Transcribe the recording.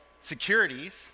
securities